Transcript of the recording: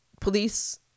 police